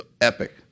epic